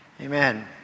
Amen